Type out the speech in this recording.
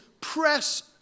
press